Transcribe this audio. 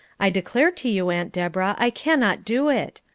i declare to you, aunt deborah, i cannot do it.